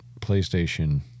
PlayStation